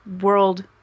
world